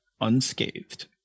unscathed